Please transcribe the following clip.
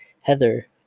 heather